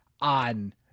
on